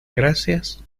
gracias